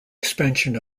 expansion